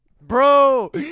Bro